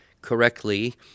correctly